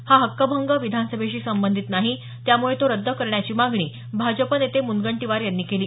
हा हक्कभंग विधानसभेशी संबंधित नाही त्यामुळे तो रद्द करण्याची मागणी भाजप नेते मुनगंटीवार यांनी केली